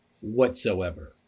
whatsoever